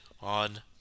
on